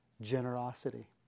generosity